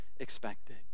Expected